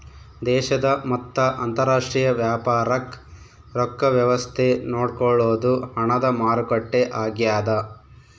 ದೇಶದ ಮತ್ತ ಅಂತರಾಷ್ಟ್ರೀಯ ವ್ಯಾಪಾರಕ್ ರೊಕ್ಕ ವ್ಯವಸ್ತೆ ನೋಡ್ಕೊಳೊದು ಹಣದ ಮಾರುಕಟ್ಟೆ ಆಗ್ಯಾದ